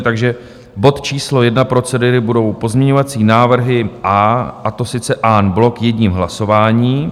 Takže bod číslo 1 procedury budou pozměňovací návrhy A, a to sice en bloc jedním hlasováním.